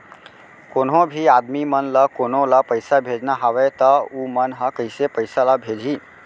कोन्हों भी आदमी मन ला कोनो ला पइसा भेजना हवय त उ मन ह कइसे पइसा ला भेजही?